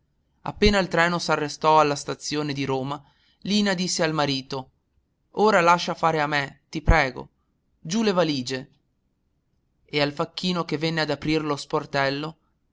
appena il treno s'arrestò alla stazione di roma lina disse al marito ora lascia fare a me ti prego giù le valige e al facchino che venne ad aprir lo sportello